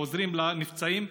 העוזרים לנפצעים.